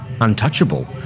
untouchable